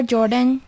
Jordan